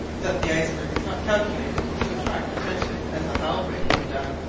that the iceberg is not calculated to attract attention as the halbrane would have done.